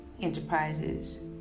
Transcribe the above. enterprises